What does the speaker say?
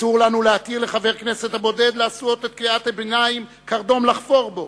אסור לנו להתיר לחבר הכנסת הבודד לעשות את קריאת הביניים קרדום לחפור בו